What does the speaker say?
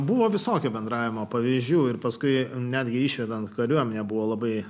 buvo visokio bendravimo pavyzdžių ir paskui netgi išvedant kariuomenę buvo labai